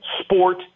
sport